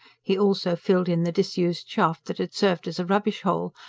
he also filled in the disused shaft that had served as a rubbish-hole,